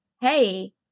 hey